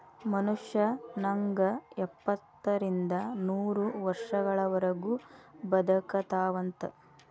ಮನುಷ್ಯ ನಂಗ ಎಪ್ಪತ್ತರಿಂದ ನೂರ ವರ್ಷಗಳವರಗು ಬದಕತಾವಂತ